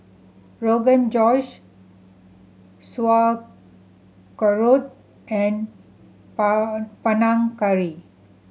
Rogan Josh Sauerkraut and Pang Panang Curry